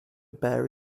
bare